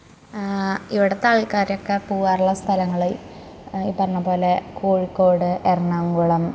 ഇവിടത്തെ ആൾക്കാരക്കെ പോവാറുള്ള സ്ഥലങ്ങൾ ഇ പറഞ്ഞത് പോലെ കോഴിക്കോട് എറണാകുളം